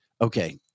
Okay